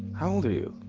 how old are you?